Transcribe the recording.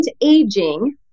aging